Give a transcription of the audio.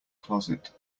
closet